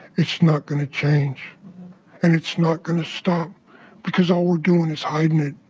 it's not going to change and it's not going to stop because all we're doing is hiding it.